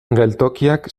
geltokiak